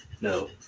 No